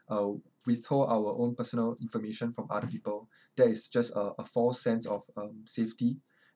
uh withhold our own personal information from other people that is just a a false sense of um safety